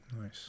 Nice